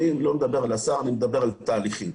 אני לא מדבר על השר אני מדבר על תהליכים.